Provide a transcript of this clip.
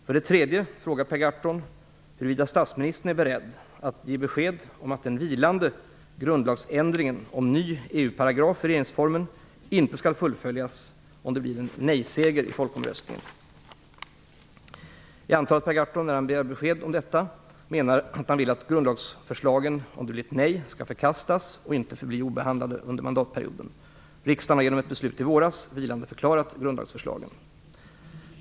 För det tredje frågar Per Gahrton huruvida statsministern är beredd att ge besked om att den vilande grundlagsändringen om ny EU-paragraf i regeringsformen inte skall fullföljas om det blir nejseger i folkomröstningen. Jag antar att Per Gahrton, när han begär besked om detta menar att han vill att grundlagsförslagen om det blir nej i folkomröstningen skall förkastas och inte förbli obehandlade under mandatperioden. Riksdagen har genom ett beslut i våras vilandeförklarat grundlagsförslagen.